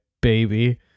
baby